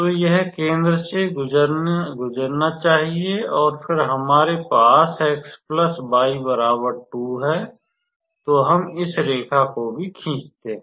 तो यह केंद्र से होकर गुजरना चाहिए और फिर हमारे पास है तो हम इस रेखा को भी खींचते हैं